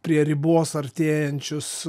prie ribos artėjančius